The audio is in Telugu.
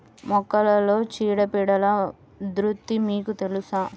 మొక్కలలో చీడపీడల ఉధృతి మీకు తెలుసా?